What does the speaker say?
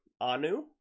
Anu